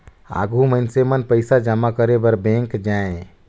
आघु मइनसे मन पइसा जमा करे बर बेंक जाएं